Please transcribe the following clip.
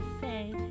say